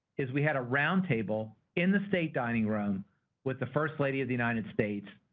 is we had a roundtable in the state dinning room with the first lady of the united states